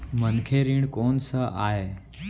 मनखे ऋण कोन स आय?